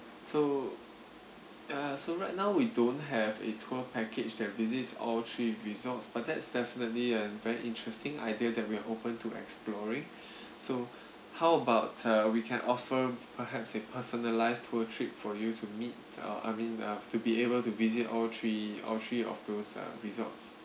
so uh so right now we don't have a tour package that visits all three resorts but that's definitely a very interesting idea that we are open to exploring so how about uh we can offer perhaps a personalised tour trip for you to meet uh I mean uh to be able to visit all three all three of those uh resorts